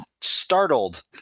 startled